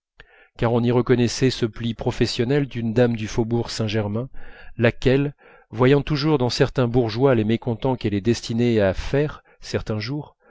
car on y reconnaissait ce pli professionnel d'une dame du faubourg saint-germain laquelle voyant toujours dans certains bourgeois les mécontents qu'elle est destinée à faire certains jours